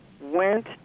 went